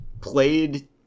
played